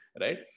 right